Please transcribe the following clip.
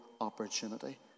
opportunity